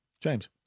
James